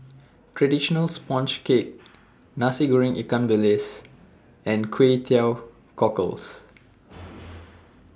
Traditional Sponge Cake Nasi Goreng Ikan Bilis and Kway Teow Cockles